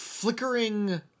flickering